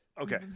Okay